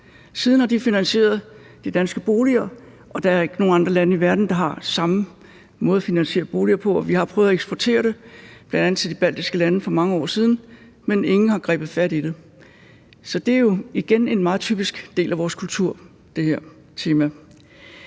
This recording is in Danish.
Siden har de finansieret de danske boliger, og der er ikke nogen andre lande i verden, der har samme måde at finansiere boliger på. Vi har for mange år siden prøvet at eksportere det til bl.a. de baltiske lande, men ingen har grebet fat i det. Så det her tema er jo igen en meget typisk del af vores kultur. Der er meget